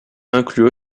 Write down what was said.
inclut